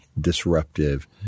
disruptive